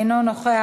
אינו נוכח.